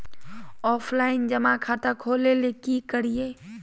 Offline जमा खाता खोले ले की करिए?